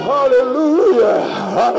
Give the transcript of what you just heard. Hallelujah